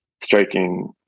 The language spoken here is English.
striking